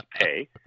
pay